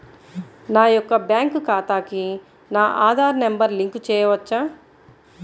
నా యొక్క బ్యాంక్ ఖాతాకి నా ఆధార్ నంబర్ లింక్ చేయవచ్చా?